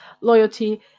loyalty